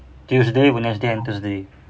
tuesday wednesday and thursday